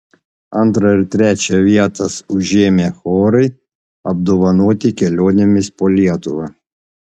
antrą ir trečią vietas užėmę chorai apdovanoti kelionėmis po lietuvą